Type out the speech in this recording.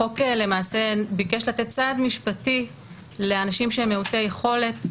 החוק למעשה ביקש לתת סעד משפטי לאנשים שהם מעוטי יכולת,